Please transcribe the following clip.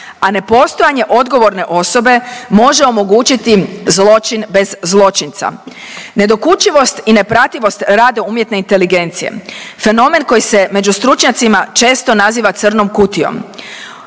a nepostojanje odgovorne osobe može omogućiti zločin bez zločinca. Nedokučivost i neprativnost rada umjetne inteligencije fenomen koji se među stručnjacima često naziva crnom kutijom